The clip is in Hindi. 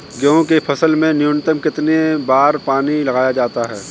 गेहूँ की फसल में न्यूनतम कितने बार पानी लगाया जाता है?